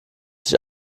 sich